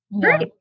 Great